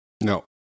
No